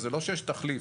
וזה לא שיש תחליף.